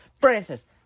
Francis